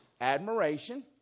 admiration